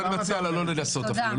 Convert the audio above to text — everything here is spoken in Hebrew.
אני מציע לה לא לנסות אפילו.